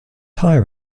higher